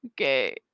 Okay